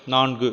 நான்கு